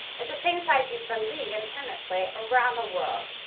it's the same size used for league and tournament play around the world.